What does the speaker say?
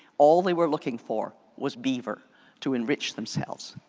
all they were looking for was beaver to enrich themselves.